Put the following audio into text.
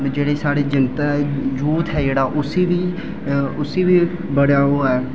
जेह्ड़े साढ़ी जनता ऐ यूथ ऐ जेह्ड़ा उस्सी बी उस्सी बी बड़ा ओह् ऐ